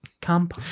camp